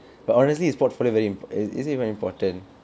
but honestly is portfolio very imp~ is is it very important